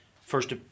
first